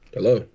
Hello